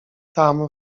tam